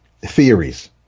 theories